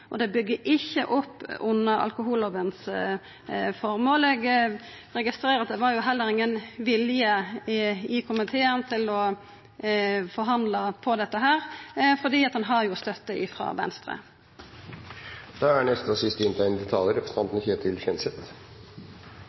og det bygger ikkje opp under alkohollovas formål. Eg registrerer at det heller ikkje var vilje i komiteen til å forhandla om dette, fordi ein har støtte frå Venstre. Til siste innlegg fra Kjersti Toppe: Når det gjelder de store byene, så er